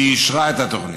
והיא אישרה את התוכנית.